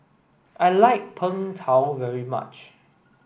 I like Png Tao very much